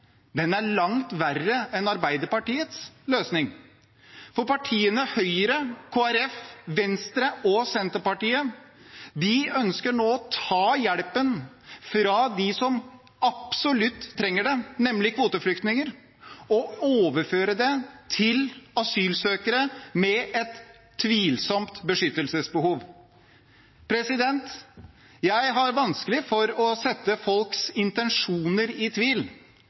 er at det som regjeringspartiene nå har blitt enige om, er langt verre enn Arbeiderpartiets løsning, for partiene Høyre, Kristelig Folkeparti, Venstre og Senterpartiet ønsker nå å ta hjelpen fra dem som absolutt trenger det, nemlig kvoteflyktninger, og overføre den til asylsøkere med et tvilsomt beskyttelsesbehov. Jeg har vanskelig for å trekke folks intensjoner i